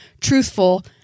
truthful